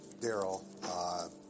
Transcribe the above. Daryl